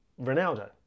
Ronaldo